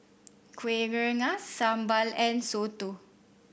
Kuih Rengas sambal and soto